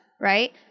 Right